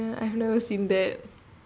well ya I've never seen that